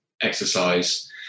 exercise